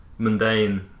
mundane